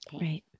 Right